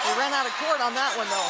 ran out of court on that one, though.